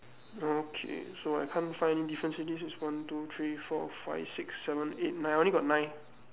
okay so I can't find any differences already this is one two three four five six seven eight nine I only got nine